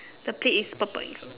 the plate is purple in colour